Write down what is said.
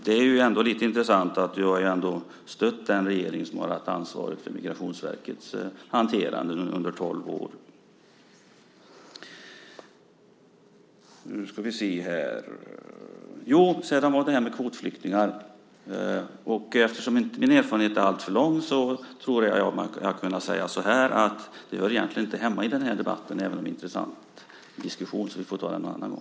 Det är ändå lite intressant att du har stött den regering som har haft ansvaret för Migrationsverkets hanterande under tolv år. Sedan gällde det kvotflyktingar. Min erfarenhet är inte alltför lång, men jag tror mig kunna säga att det inte hör hemma i den här debatten även om det är en intressant diskussion. Vi får ta det en annan gång.